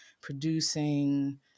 producing